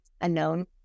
unknown